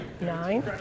nine